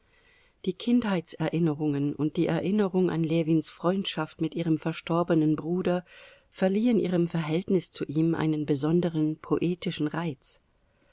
die kindheitserinnerungen und die erinnerungen an ljewins freundschaft mit ihrem verstorbenen bruder verliehen ihrem verhältnis zu ihm einen besonderen poetischen reiz